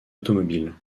automobile